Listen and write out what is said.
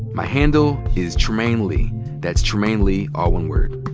my handle is trymainelee. that's trymainelee, all one word.